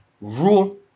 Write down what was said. rule